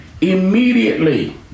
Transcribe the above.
immediately